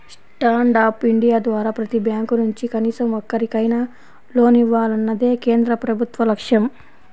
stand up India ద్వారా ప్రతి bank నుంచి కనీసం ఒక్కరికైనా లోన్ ఇవ్వాలన్నదే కేంద్ర ప్రభుత్వ లక్ష్యం